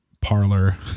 parlor